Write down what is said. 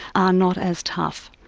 are not as tough.